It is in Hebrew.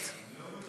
ומתרגמם:)